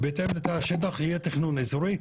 בהתאם לתא השטח יהיה תכנון אזורי.